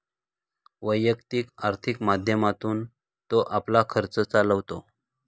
वैयक्तिक आर्थिक माध्यमातून तो आपला खर्च चालवतो